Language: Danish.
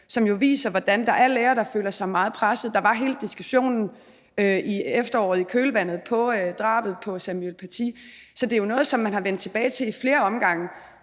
som viser, hvordan der er lærere, der føler sig meget presset. Der var hele diskussionen i efteråret i kølvandet på drabet på Samuel Paty. Så det er jo noget, som man er vendt tilbage til ad flere omgange.